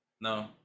No